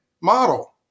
model